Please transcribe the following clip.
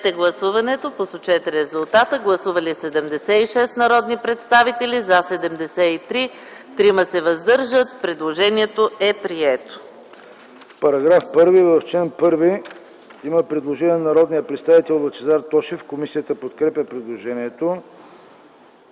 По § 1, чл. 1 има предложение на народния представител Лъчезар Тошев. Комисията подкрепя предложението.